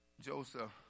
Joseph